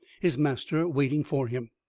his master waiting for him.